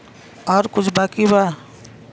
और कुछ बाकी बा?